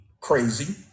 crazy